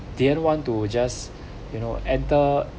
I didn't want to just you know enter